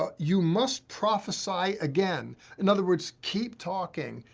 ah you must prophesy again. in other words, keep talking,